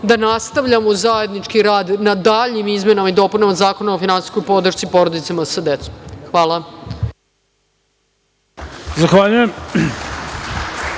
da nastavljamo zajednički rad na daljim izmenama i dopunama Zakona o finansijskoj podršci porodicama sa decom. Hvala.